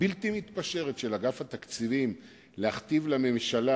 הבלתי-מתפשרת של אגף התקציבים להכתיב לממשלה,